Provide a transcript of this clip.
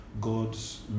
God's